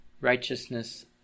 righteousness